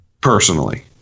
Personally